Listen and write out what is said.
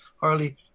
Harley